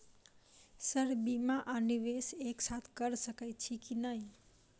Sir बीमा आ निवेश एक साथ करऽ सकै छी की न ई?